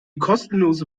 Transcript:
kostenlose